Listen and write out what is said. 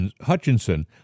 Hutchinson